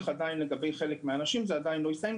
לגבי חלק מהאנשים זה עדיין לא הסתיים.